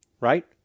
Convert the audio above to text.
Right